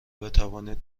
بتوانید